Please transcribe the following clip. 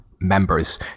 members